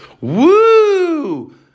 Woo